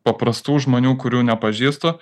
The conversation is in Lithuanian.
paprastų žmonių kurių nepažįstu